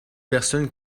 personnes